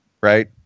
right